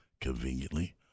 conveniently